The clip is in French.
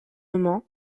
moment